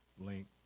link